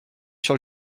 sur